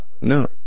No